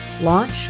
launch